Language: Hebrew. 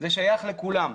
זה שייך לכולם.